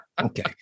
Okay